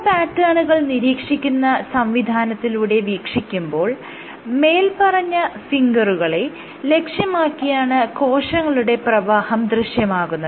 flow പാറ്റേണുകൾ നിരീക്ഷിക്കുന്ന സംവിധാനത്തിലൂടെ വീക്ഷിക്കുമ്പോൾ മേല്പറഞ്ഞ ഫിംഗറുകളെ ലക്ഷ്യമാക്കിയാണ് കോശങ്ങളുടെ പ്രവാഹം ദൃശ്യമാകുന്നത്